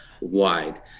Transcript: wide